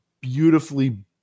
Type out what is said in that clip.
beautifully